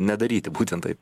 nedaryti būtent taip